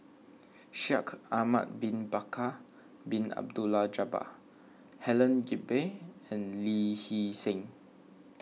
Shaikh Ahmad Bin Bakar Bin Abdullah Jabbar Helen Gilbey and Lee Hee Seng